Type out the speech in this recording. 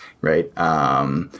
right